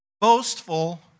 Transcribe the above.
boastful